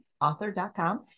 author.com